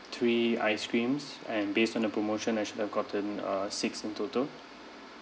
three ice creams and based on the promotion I should have gotten uh six in total